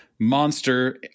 monster